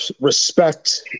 respect